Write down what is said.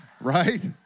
right